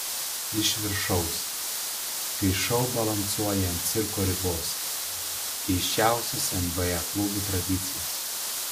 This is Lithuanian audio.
iš viršaus kai šou balansuoja ant cirko ribos keisčiausios nba klubų tradicijos